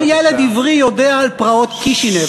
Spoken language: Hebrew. כל ילד עברי יודע על פרעות קישינב,